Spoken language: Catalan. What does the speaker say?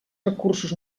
recursos